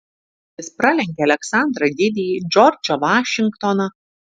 jis pralenkė aleksandrą didįjį džordžą vašingtoną